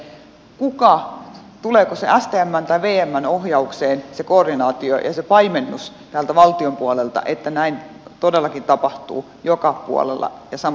tulevatko täältä valtion puolelta stmn tai vmn ohjaukseen se koordinaatio ja paimennus että näin todellakin tapahtuu joka puolella ja samanaikaisesti